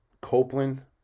Copeland